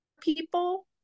people